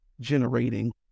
generating